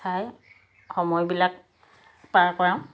চাই সময়বিলাক পাৰ কৰাওঁ